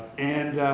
and